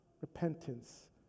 repentance